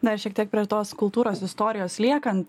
dar šiek tiek prie tos kultūros istorijos liekant